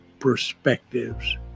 perspectives